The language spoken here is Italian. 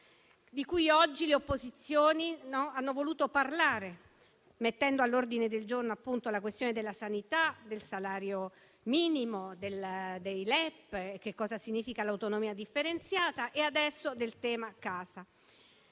di cui oggi le opposizioni hanno voluto parlare, mettendo all'ordine del giorno la questione della sanità, del salario minimo, dei LEP, del significato dell'autonomia differenziata e adesso il tema della